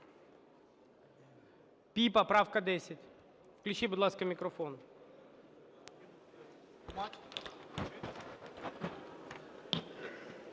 Піпа, правка 10. Включіть, будь ласка, мікрофон.